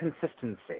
consistency